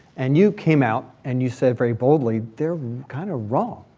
and you came out and you said very boldly, they're kind of wrong.